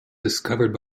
discovered